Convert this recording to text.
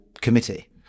committee